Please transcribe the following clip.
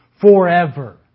forever